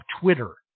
Twitter